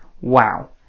Wow